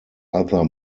other